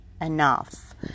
enough